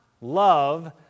love